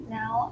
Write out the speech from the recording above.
now